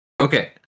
Okay